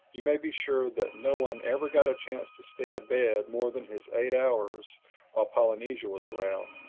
you may be sure that no one ever got a chance to stay abed more than his eight hours while polynesia was around.